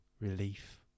relief